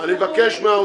את הישיבה.